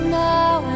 now